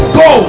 go